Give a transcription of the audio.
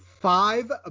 Five